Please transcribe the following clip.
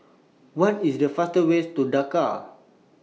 What IS The fastest Way to Dakar